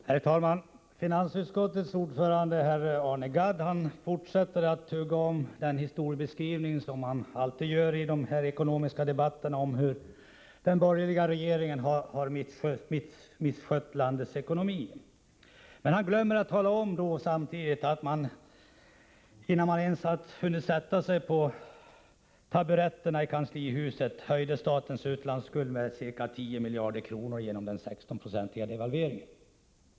Herr talman! Finansutskottets ordförande herr Arne Gadd fortsätter att tugga om den historiebeskrivning som han varje gång i tidigare ekonomiska debatter gett av hur de borgerliga regeringarna misskött landets ekonomi. Men han glömmer att samtidigt tala om att den nuvarande regeringen, innan den ens hunnit sätta sig på taburetterna i kanslihuset, höjde statens utlandsskuld med ca 10 miljarder kronor genom den 16-procentiga devalveringen.